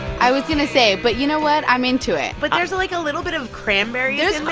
i was going to say but you know what? i'm into it but there's, like, a little bit of cranberries